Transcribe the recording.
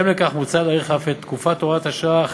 מוצע להוסיף לחוק מסלול חדש,